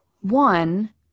one